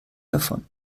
davon